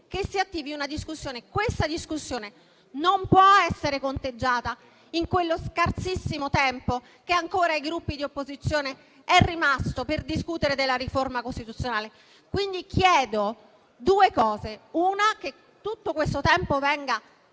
che si apra una discussione. Questa discussione non può essere conteggiata in quello scarsissimo tempo che è rimasto ai Gruppi di opposizione per discutere della riforma costituzionale. Quindi chiedo due cose. Anzitutto, tutto questo tempo deve venire